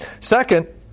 Second